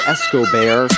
Escobar